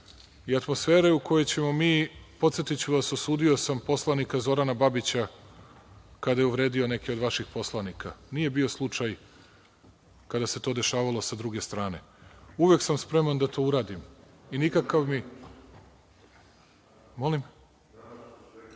atmosfere u kojoj ćemo mi… Podsetiću vas, osudio sam poslanika Zorana Babića kada je uvredio neke od vaših poslanika. Nije bio slučaj kada se to dešavalo sa neke druge strane. Uvek sam spreman da to uradim, i nikakav…(Vojislav